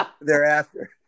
thereafter